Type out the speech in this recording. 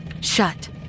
Shut